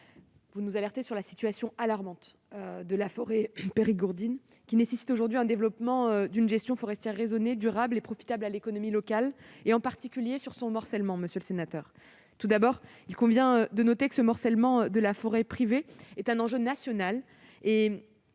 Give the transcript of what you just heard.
vous nous alertez sur la situation de la forêt périgourdine, qui nécessite aujourd'hui le développement d'une gestion forestière raisonnée, durable et profitable à l'économie locale, en particulier sur le morcellement de cette forêt. Tout d'abord, il convient de noter que le morcellement de la forêt privée est un enjeu national.